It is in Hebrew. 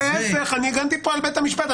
להיפך, הגנתי פה על בתי המשפט.